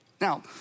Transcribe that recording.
Now